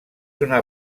una